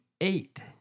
Eight